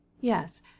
Yes